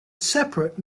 separate